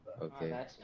Okay